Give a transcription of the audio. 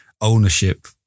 ownership